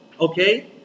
okay